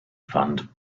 fund